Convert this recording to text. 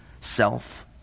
self